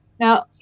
Now